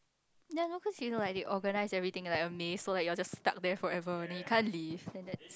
ya you know cause you know like they organize everything like a maze so you all stuck there like forever only can't leave and then